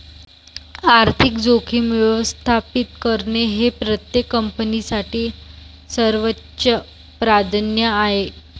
आर्थिक जोखीम व्यवस्थापित करणे हे प्रत्येक कंपनीसाठी सर्वोच्च प्राधान्य आहे